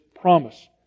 promise